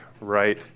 right